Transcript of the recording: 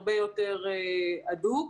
הרבה יותר הדוק,